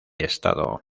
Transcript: estado